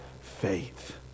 faith